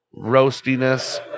roastiness